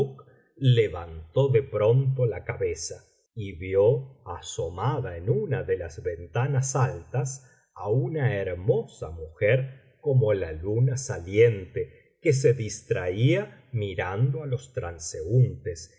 levantó de pronto la cabeza y vio asomada en una de las ventanas altas á una hermosa mujer como la luna saliente que se distraía mirando á los transeúntes